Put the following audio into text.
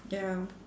ya